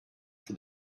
for